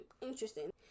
Interesting